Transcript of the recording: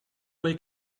quel